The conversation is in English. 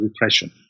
repression